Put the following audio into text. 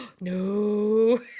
no